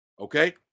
Okay